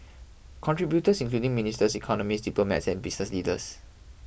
contributors including ministers economists diplomats and business leaders